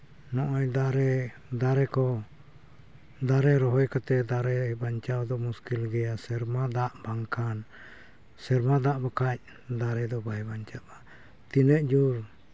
ᱱᱚᱜᱼᱚᱭ ᱫᱟᱨᱮ ᱫᱟᱨᱮ ᱠᱚ ᱫᱟᱨᱮ ᱨᱚᱦᱚᱭ ᱠᱟᱛᱮᱫ ᱫᱟᱨᱮ ᱵᱟᱧᱪᱟᱣ ᱫᱚ ᱢᱩᱥᱠᱤᱞ ᱜᱮᱭᱟ ᱥᱮᱨᱢᱟ ᱫᱟᱜ ᱵᱟᱝᱠᱷᱟᱱ ᱥᱮᱨᱢᱟ ᱫᱟᱜ ᱵᱟᱠᱷᱟᱡ ᱫᱟᱨᱮ ᱫᱚ ᱵᱟᱭ ᱵᱟᱧᱪᱟᱣᱟᱜᱼᱟ ᱛᱤᱱᱟᱹᱜ ᱡᱳᱨ